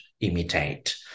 imitate